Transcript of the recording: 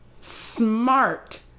smart